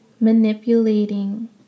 manipulating